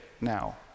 now